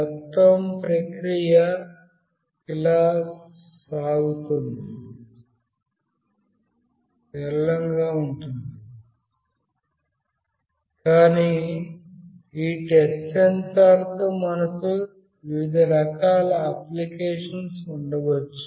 మొత్తం ప్రక్రియ చాలా సరళంగా ఉంటుంది కాని ఈ టచ్ సెన్సార్తో మనకు వివిధ రకాల అప్లికేషన్స్ ఉండవచ్చు